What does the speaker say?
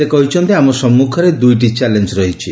ସେ କହିଛନ୍ତି ଆମ ସମ୍ମୁଖରେ ଦୁଇଟି ଚ୍ୟାଲେଞ୍ଜ ରହିଛି